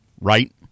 Right